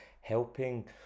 helping